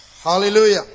Hallelujah